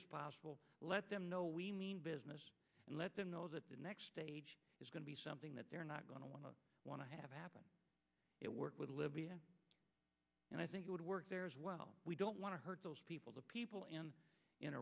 as possible let them know we mean business and let them know that the next stage is going to be something that they're not going to want to have happen it worked with libya and i think it would work as well we don't want to hurt those people the people in